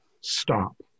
stop